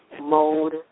mode